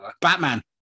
batman